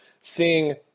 seeing